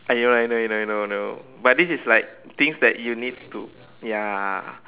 I know I know I know I know but this is like things that you need to ya